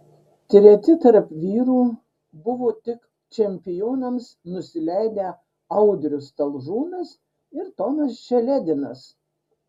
treti tarp vyrų buvo tik čempionams nusileidę audrius talžūnas ir tomas čeledinas